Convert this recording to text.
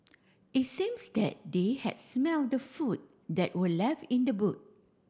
it seems that they had smell the food that were left in the boot